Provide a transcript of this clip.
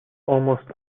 almost